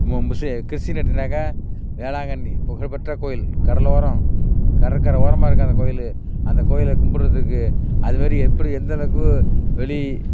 மு முஸு கிறிஸ்டின் எடுத்தோன்னாக்கால் வேளாங்கண்ணி புகழ் பெற்ற கோயில் கடலோரம் கடற்கரை ஓரமாக இருக்குது அந்த கோயில் அந்த கோயிலில் கும்பிறத்துக்கு அதுமாரி எப்படி எந்தளவுக்கு வெளி